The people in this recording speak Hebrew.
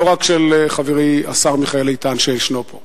לא רק של חברי, השר מיכאל איתן, שישנו פה,